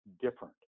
different